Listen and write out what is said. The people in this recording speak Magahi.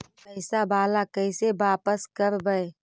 पैसा बाला कैसे बापस करबय?